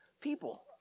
people